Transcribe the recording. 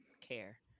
care